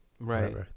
Right